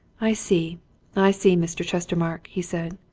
i see i see, mr. chestermarke, he said.